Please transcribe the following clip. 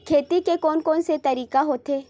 खेती के कोन कोन से तरीका होथे?